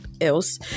else